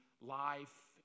life